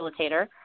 facilitator